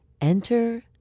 Enter